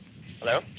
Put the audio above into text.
Hello